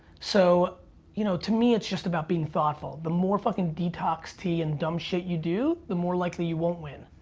so you know, to me it's just about being thoughtful. the more fuckin' detox tea and dumb shit you do, the more likely you won't win.